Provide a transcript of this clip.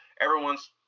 everyone's